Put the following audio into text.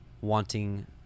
wanting